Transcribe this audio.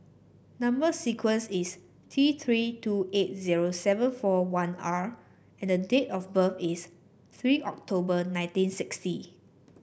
number sequence is T Three two eight zero seven four one R and date of birth is three October nineteen sixty